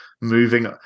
moving